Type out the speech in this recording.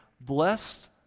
Blessed